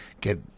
get